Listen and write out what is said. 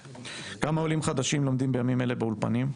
כמה עולים חדשים לומדים בימים אלה באולפנים?